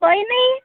वहिनी